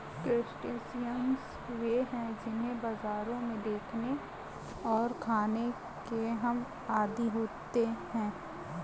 crustaceans वे हैं जिन्हें बाजारों में देखने और खाने के हम आदी होते हैं